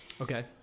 Okay